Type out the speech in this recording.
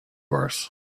course